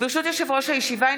ברשות יושב-ראש הישיבה,